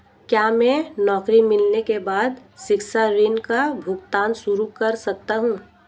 क्या मैं नौकरी मिलने के बाद शिक्षा ऋण का भुगतान शुरू कर सकता हूँ?